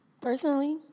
Personally